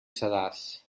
sedàs